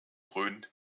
grün